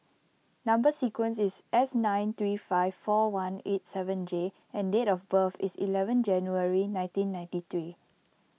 Number Sequence is S nine three five four one eight seven J and date of birth is eleven January nineteen ninety three